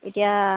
এতিয়া